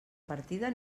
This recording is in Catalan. partida